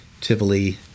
Tivoli